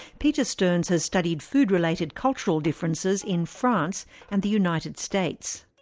peter stearns has studied food related cultural differences in france and the united states.